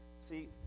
See